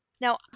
Now